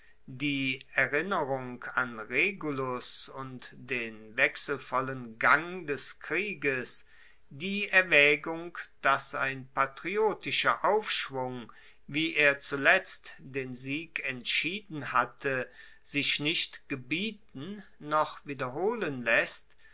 die erinnerung an regulus und den wechselvollen gang des krieges die erwaegung dass ein patriotischer aufschwung wie er zuletzt den sieg entschieden hatte sich nicht gebieten noch wiederholen laesst